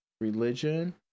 religion